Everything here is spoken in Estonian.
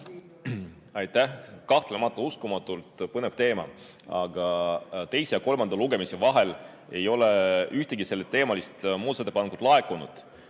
Aitäh! Kahtlemata uskumatult põnev teema! Aga teise ja kolmanda lugemise vahel ei ole ühtegi selleteemalist muudatusettepanekut laekunud.